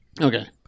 Okay